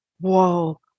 Whoa